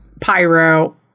pyro